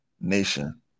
nation